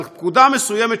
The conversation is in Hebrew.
אבל פקודה מסוימת,